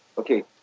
okay,